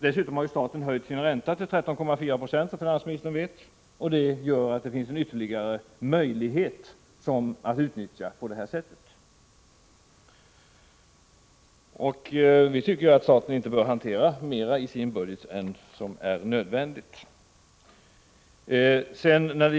Dessutom har staten, som finansministern vet, höjt sin ränta till 13,4 20. Det gör att det finns ytterligare en möjlighet att utnyttja. Vi tycker att staten inte bör hantera mera i sin budget än vad som är nödvändigt.